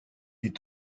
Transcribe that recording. est